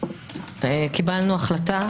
קיבלנו החלטה,